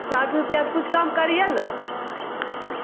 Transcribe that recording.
ساٹھ روپیہ کچھ کم کریے نا